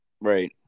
Right